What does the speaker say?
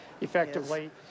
effectively